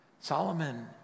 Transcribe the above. Solomon